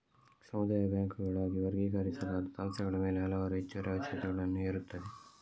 ಸಮುದಾಯ ಬ್ಯಾಂಕುಗಳಾಗಿ ವರ್ಗೀಕರಿಸಲಾದ ಸಂಸ್ಥೆಗಳ ಮೇಲೆ ಹಲವಾರು ಹೆಚ್ಚುವರಿ ಅವಶ್ಯಕತೆಗಳನ್ನು ಹೇರುತ್ತದೆ